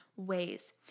ways